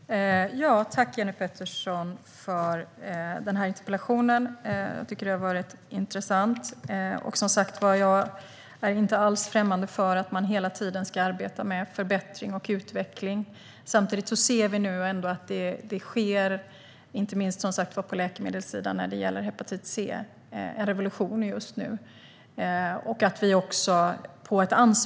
Herr talman! Tack, Jenny Petersson, för denna interpellationsdebatt! Det har varit intressant, och jag är inte främmande för att man hela tiden ska arbeta för förbättring och utveckling. Samtidigt ser vi att det, inte minst på läkemedelssidan, sker en revolution just nu när det gäller hepatit C.